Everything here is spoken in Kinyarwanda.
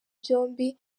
byombi